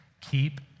Keep